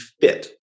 fit